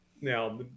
Now